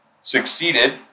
succeeded